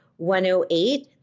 108